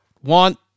one